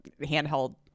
handheld